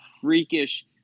freakish